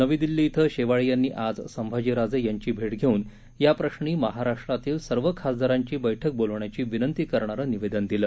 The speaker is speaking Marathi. नवी दिल्ली इथं शेवाळे यांनी आज संभाजीराजे यांची भेट घेऊन याप्रश्री महाराष्ट्रातील सर्व खासदारांची बैठक बोलवण्याची विनंती करणारं निवेदन दिलं